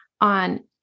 on